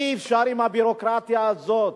אי-אפשר עם הביורוקרטיה הזאת.